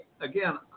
Again